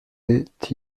est